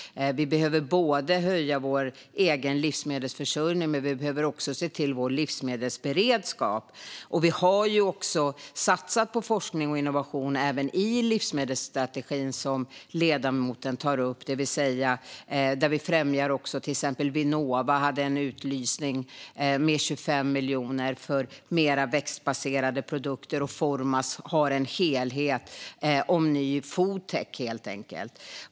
Vi behöver både öka vår egen livsmedelsförsörjning och se till vår livsmedelsberedskap. Vi har satsat på forskning och innovation - även i livsmedelsstrategin, som ledamoten tog upp. Till exempel hade Vinnova en utlysning med 25 miljoner för mer växtbaserade produkter. Formas har en helhet om ny foodtech.